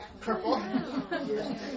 Purple